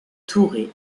touré